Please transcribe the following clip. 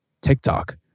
TikTok